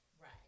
Right